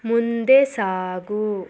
ಮುಂದೆ ಸಾಗು